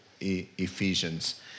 Ephesians